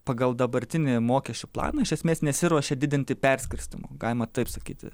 pagal dabartinį mokesčių planą iš esmės nesiruošia didinti perskirstymo galima taip sakyti